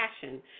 passion